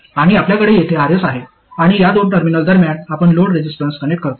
आणि आपल्याकडे तेथे Rs आहे आणि या दोन टर्मिनल दरम्यान आपण लोड रेसिस्टन्स कनेक्ट करतो